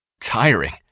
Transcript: tiring